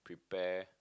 pay